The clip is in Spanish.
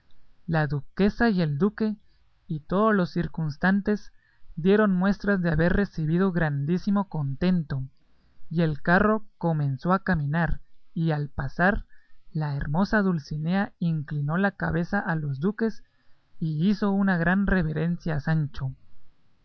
la duquesa y el duque y todos los circunstantes dieron muestras de haber recebido grandísimo contento y el carro comenzó a caminar y al pasar la hermosa dulcinea inclinó la cabeza a los duques y hizo una gran reverencia a sancho